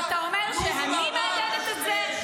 נוח'בה ----- ואתה אומר שאני מהדהדת את זה?